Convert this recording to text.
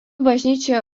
bažnyčioje